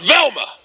Velma